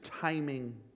timing